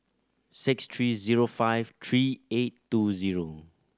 six three zero five three eight two zero